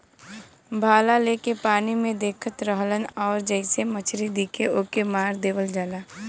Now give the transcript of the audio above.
भाला लेके पानी में देखत रहलन आउर जइसे मछरी दिखे ओके मार देवल जाला